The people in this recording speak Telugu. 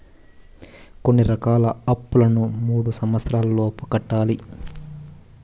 కొన్ని రకాల అప్పులను మూడు సంవచ్చరాల లోపు కట్టాలి